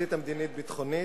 החזית המדינית-ביטחונית,